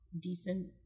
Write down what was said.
decent